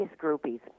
groupies